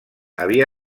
havia